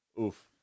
Oof